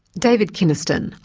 david kynaston,